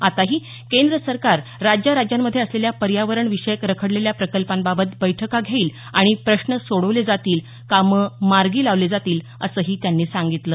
आताही केंद्र सरकार राज्याराज्यांमध्ये असलेल्या पर्यावरणविषयक रखडलेल्या प्रकल्पांबाबत बैठका घेईल आणि प्रश्न सोडवले जातील कामं मार्गी लावली जातील असंही त्यांनी सांगितलं